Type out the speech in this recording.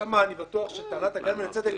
ששם אני בטוח שטענת ההגנה מן הצדק